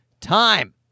time